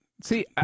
see